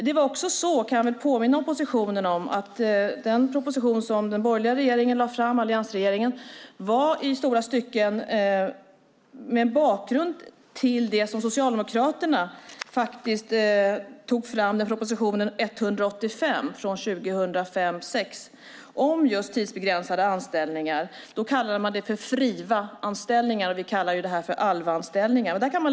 Jag kan också påminna oppositionen om att den proposition som alliansregeringen lade fram i stora stycken hade sin bakgrund i den proposition som Socialdemokraterna lade fram, proposition 185 från 2005/06 om just tidsbegränsade anställningar. Då kallade man det för FRIVA-anställningar. Vi kallar detta för ALVA-anställningar.